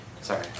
Sorry